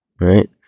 right